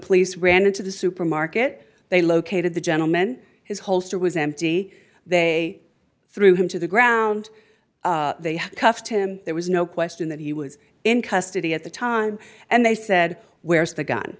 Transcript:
police ran into the supermarket they located the gentleman his holster was empty they threw him to the ground they cuffed him there was no question that he was in custody at the time and they said where's the gun